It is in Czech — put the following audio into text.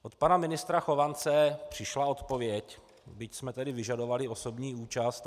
Od pana ministra Chovance přišla odpověď, byť jsme tedy vyžadovali osobní účast.